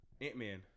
Ant-Man